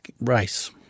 race